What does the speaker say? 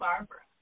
Barbara